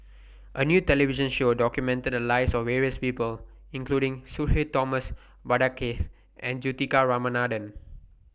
A New television Show documented The Lives of various People including Sudhir Thomas Vadaketh and Juthika Ramanathan